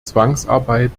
zwangsarbeit